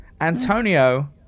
Antonio